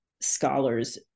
scholars